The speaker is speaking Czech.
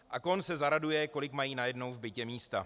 A Kohn se zaraduje, kolik mají najednou v bytě místa.